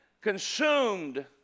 consumed